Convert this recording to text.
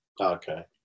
Okay